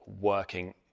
working